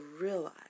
realize